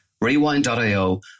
Rewind.io